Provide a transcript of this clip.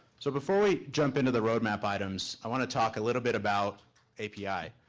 so before we jump into the roadmap items, i wanna talk a little bit about api.